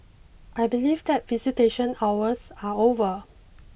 I believe that visitation hours are over